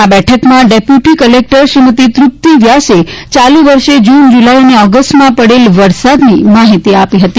આ બેઠકમાં deputy collector શ્રીમતી તૃપ્તી વ્યાસે ચાલુ વર્ષે જૂન જૂલાઈ અને ઓગષ્ટમાં પડેલ વરસાદની માહિતી આપી હતી